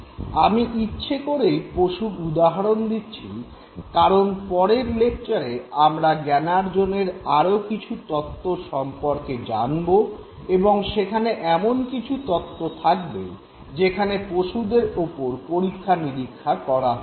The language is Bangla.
আমি ইচ্ছে করেই পশুর উদাহরণ দিচ্ছি কারন পরের লেকচারে আমরা জ্ঞানার্জনের আরো কিছু তত্ত্ব সম্পর্কে জানব এবং সেখানে এমন কিছু তত্ত্ব থাকবে যেখানে পশুদের ওপর পরীক্ষা নিরীক্ষা করা হয়েছে